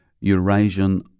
Eurasian